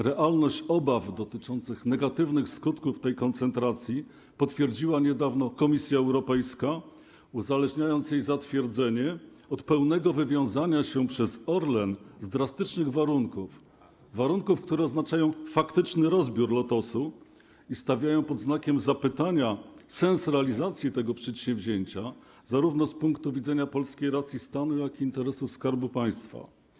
Realność obaw dotyczących negatywnych skutków tej koncentracji potwierdziła niedawno Komisja Europejska, uzależniając jej zatwierdzenie od pełnego wywiązania się przez Orlen z drastycznych warunków, które oznaczają faktyczny rozbiór Lotosu i stawiają pod znakiem zapytania sens realizacji tego przedsięwzięcia zarówno z punktu widzenia polskiej racji stanu, jak i interesów Skarbu Państwa.